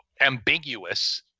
ambiguous